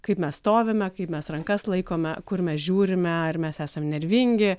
kaip mes stovime kaip mes rankas laikome kur mes žiūrime ar mes esam nervingi